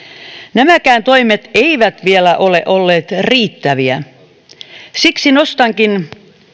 nämäkään toimet eivät vielä ole olleet riittäviä siksi nostakin